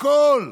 הכול.